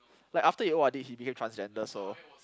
like after he O_R_D he became transgender so